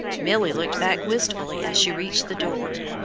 milly looked back wistfully as she reached the door.